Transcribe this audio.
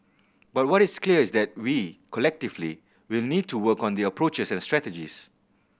but what is clear is that we collectively will need to work on the approaches and strategies